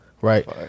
Right